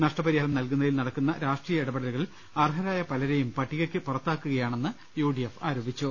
നഷ്ടപരിഹാരം നൽകുന്നതിൽ നടക്കുന്ന രാഷ്ട്രീയ ഇടപെടലുകൾ അർഹരായ പലരെയും പട്ടി കയ്ക്ക് പുറത്താക്കുകയാണെന്ന് യു ഡി എഫ് ആരോപിച്ചു